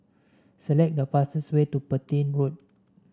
select the fastest way to Petain Road